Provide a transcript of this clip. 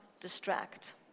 distract